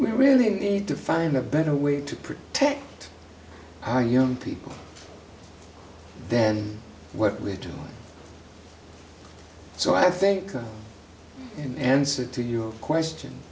we really need to find a better way to protect our young people then what we do so i think in answer to your question